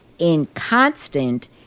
Inconstant